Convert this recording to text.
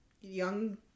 young